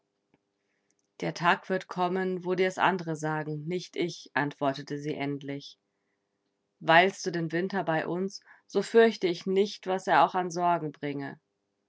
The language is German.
der tag wird kommen wo dir's andere sagen nicht ich antwortete sie endlich weilst du den winter bei uns so fürchte ich nicht was er auch an sorgen bringe